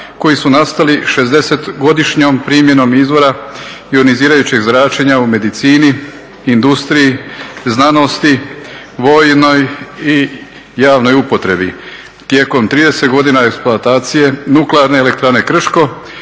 koji su nastali 60-godišnjom primjenom izvora ionizirajućeg zračenja u medicini, industriji, znanosti, vojnoj i javnoj upotrebi tijekom 30 godina eksploatacije Nuklearne elektrane Krško,